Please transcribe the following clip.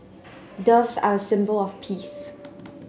doves are a symbol of peace